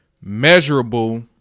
measurable